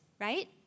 right